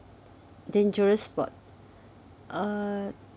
dangerous sport uh